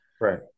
Right